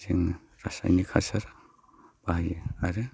जों रासायनि हासार बाहायो आरो